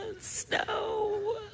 snow